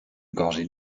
gorgées